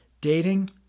dating